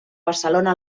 barcelona